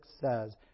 says